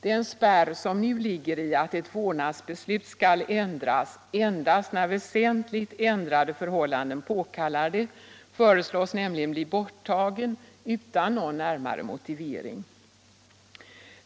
Den spärr som nu ligger i att vårdnadsbeslut skall ändras endast när väsentligt ändrade förhållanden påkallar det föreslås nämligen bli borttagen utan någon närmare motivering.